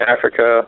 Africa